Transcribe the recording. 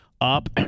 up